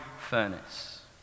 furnace